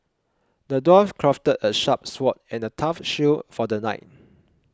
the dwarf crafted a sharp sword and a tough shield for the knight